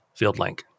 FieldLink